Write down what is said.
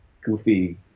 goofy